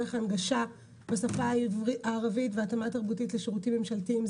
דרך הנגשה בשפה הערבית והתאמה תרבותית לשירותים ממשלתיים.